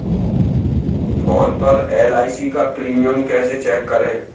Phone पर LIC का premium कैसे चेक करें?